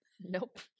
Nope